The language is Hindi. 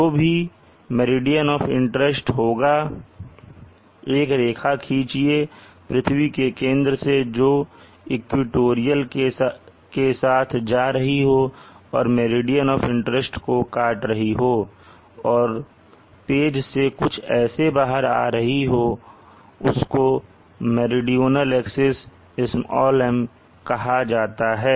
जो भी मेरिडियन ऑफ इंटरेस्ट हो एक रेखा खींचिए पृथ्वी के केंद्र से जो इक्वेटोरियल प्लेन के साथ जा रही हो और मेरिडियन ऑफ इंटरेस्ट को काट रही हो और पेज से कुछ ऐसे बाहर आ रही हो उसको मेरीडोनल एक्सिस "m" कहा जाता है